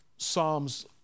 psalms